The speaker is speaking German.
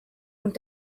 und